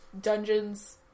dungeons